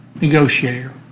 Negotiator